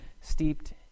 steeped